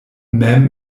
mem